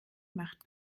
macht